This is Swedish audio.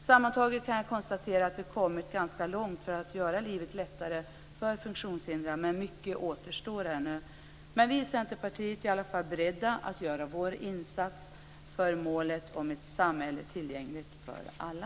Sammantaget kan jag konstatera att vi har kommit ganska långt för att göra livet lättare för funktionshindrade, men mycket återstår ännu. Men vi i Centerpartiet är i alla fall beredda att göra vår insats för att nå målet om ett samhälle tillgängligt för alla.